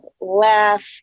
laugh